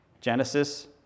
Genesis